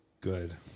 Good